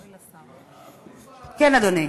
דברי אל השר --- כן, אדוני?